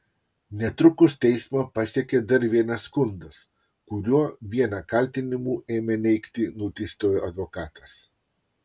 netrukus teismą pasiekė dar vienas skundas kuriuo vieną kaltinimų ėmė neigti nuteistojo advokatas